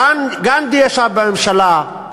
גנדי ישב בממשלה,